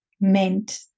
meant